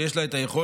שיש לה את היכולת,